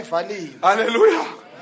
Hallelujah